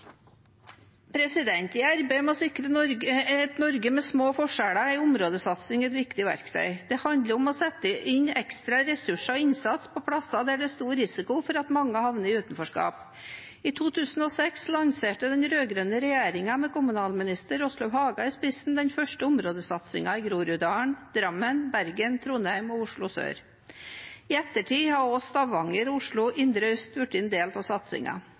I arbeidet med å sikre et Norge med små forskjeller er områdesatsing et viktig verktøy. Det handler om å sette inn ekstra ressurser og innsats på steder der det er stor risiko for at mange havner i utenforskap. I 2006 lanserte den rød-grønne regjeringen, med kommunalminister Åslaug Haga i spissen, den første områdesatsingen i Groruddalen, Drammen, Bergen, Trondheim og Oslo sør. I ettertid har også Stavanger og Oslo indre øst blitt en del av